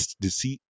Deceit